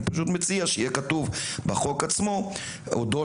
אני פשוט מציע שיהיה כתוב בחוק עצמו אודות